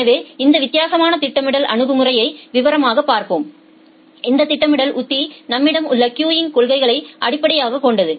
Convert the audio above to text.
எனவே இந்த வித்தியாசமான திட்டமிடல் அணுகுமுறையை விவரமாகப் பார்ப்போம் இந்த திட்டமிடல் உத்தி நம்மிடம் உள்ள கியூங் கொள்கைகளை அடிப்படையாகக் கொண்டது